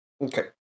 Okay